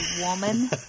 Woman